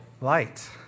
light